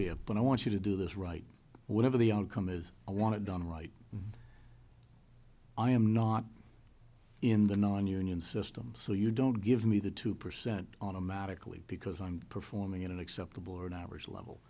but i want you to do this right whatever the outcome is i want it done right i am not in the nonunion system so you don't give me the two percent automatically because i'm performing at an acceptable or an average level